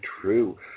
true